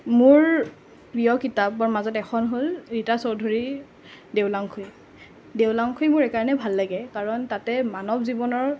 মোৰ প্ৰিয় কিতাপৰ মাজত এখন হ'ল ৰীতা চৌধুৰীৰ দেও লাংখুই দেও লাংখুই মোৰ এই কাৰণে ভাল লাগে কাৰণ তাতে মানৱ জীৱনৰ